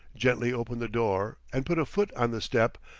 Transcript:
gently opened the door, and put a foot on the step,